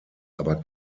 aber